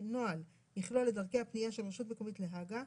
הנוהל יכלול את דרכי הפנייה של רשות מקומית להג"א,